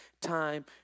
time